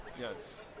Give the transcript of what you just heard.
Yes